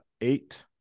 eight